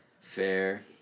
Fair